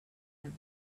him